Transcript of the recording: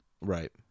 Right